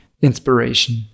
inspiration